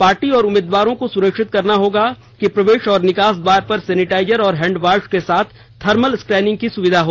party और उम्मीदवार को सुनिश्चित करना होगा कि प्रवेश और निकास द्वार पर सैनिटाइजर और हैंडवॉश के साथ थर्मल स्कैनिंग की सुविधा हो